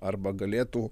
arba galėtų